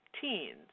teens